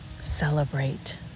celebrate